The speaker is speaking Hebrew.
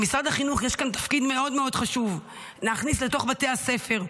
למשרד החינוך יש כאן תפקיד מאוד מאוד חשוב: להכניס לתוך בתי הספר,